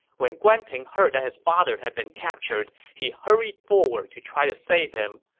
when guan ping heard that his father had been captured, he hurried forward to try to save him,